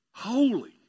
holy